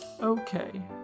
Okay